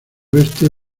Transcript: oeste